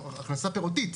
הכנסה פירותית.